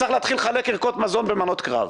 שצריך להתחיל לחלק ערכות מזון ומנות קרב.